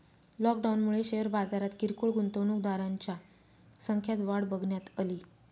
लॉकडाऊनमुळे शेअर बाजारात किरकोळ गुंतवणूकदारांच्या संख्यात वाढ बघण्यात अली